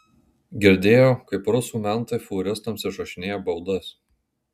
girdėjau kaip rusų mentai fūristams išrašinėja baudas